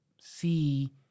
see